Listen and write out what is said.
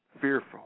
fearful